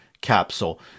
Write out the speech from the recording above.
capsule